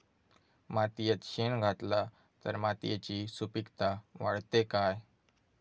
मातयेत शेण घातला तर मातयेची सुपीकता वाढते काय?